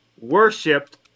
worshipped